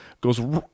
goes